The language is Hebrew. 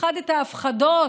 הפחדת הפחדות,